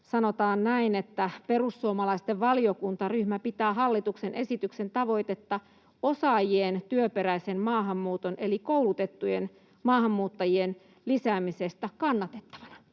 sanotaan näin: ”Perussuomalaisten valiokuntaryhmä pitää hallituksen esityksen tavoitetta osaajien työperäisen maahanmuuton eli koulutettujen maahanmuuttajien lisäämisestä kannatettavana.”